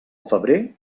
febrer